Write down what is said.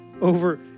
over